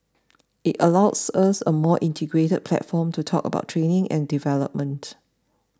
it allows us a more integrated platform to talk about training and development